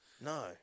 No